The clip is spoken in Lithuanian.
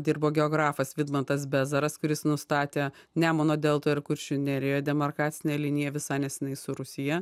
dirbo geografas vidmantas bezaras kuris nustatė nemuno deltoje ir kuršių nerijoje demarkacinę liniją visai nesenai su rusija